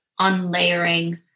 unlayering